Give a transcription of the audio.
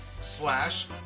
slash